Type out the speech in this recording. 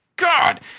God